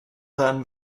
then